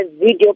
video